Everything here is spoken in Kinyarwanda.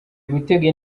gutega